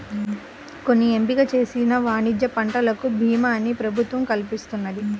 కొన్ని ఎంపిక చేసిన వాణిజ్య పంటలకు భీమాని ప్రభుత్వం కల్పిస్తున్నది